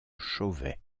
chauvet